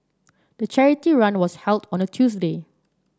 the charity run was held on a Tuesday